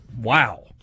wow